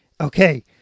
Okay